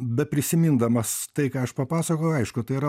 beprisimindamas tai ką aš papasakojau aišku tai yra